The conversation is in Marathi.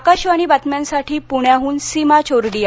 आकाशवाणी बातम्यांसाठी पृण्याहन सीमा चोरडीया